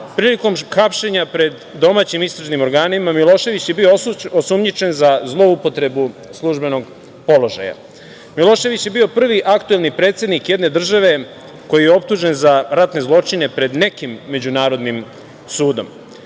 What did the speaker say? čemu. Prilikom hapšenja, domaćim istražnim organima, Milošević je bio osumnjičen za zloupotrebu službenog položaja. Milošević je bio prvi aktuelni predsednik jedne države, koji je optužen za ratne zločine pred nekim međunarodnim sudom. Nakon